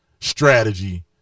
strategy